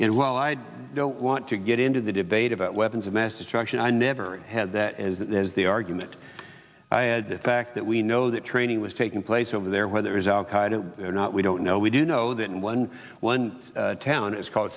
in well i don't want to get into the debate about weapons of mass destruction i never had that as that is the argument i had the fact that we know that training was taking place over there where there is al qaeda or not we don't know we do know that in one one town is called